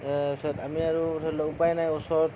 তাৰ পিছত আমি আৰু ধৰি লওঁক উপাই নাই ওচৰত